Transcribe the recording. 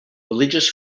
religious